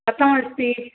कथमस्ति